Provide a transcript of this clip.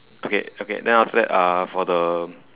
okay okay then after that uh for the